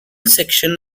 section